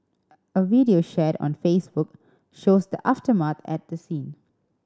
a video shared on Facebook shows the aftermath at the scene